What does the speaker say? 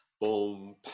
boom